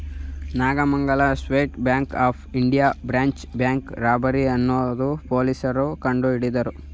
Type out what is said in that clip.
Nagamangala state bank of India branch bank robbery ಅನ್ನೋ ಪೊಲೀಸ್ನೋರು ಕಂಡುಹಿಡಿದರು